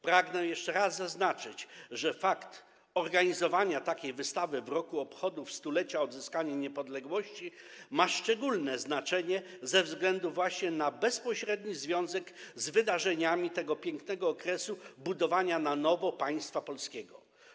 Pragnę jeszcze raz zaznaczyć, że fakt zorganizowania takiej wystawy w roku obchodów 100-lecia odzyskania niepodległości ma szczególne znaczenie ze względu na bezpośredni związek z wydarzeniami tego pięknego okresu budowania na nowo państwa polskiego.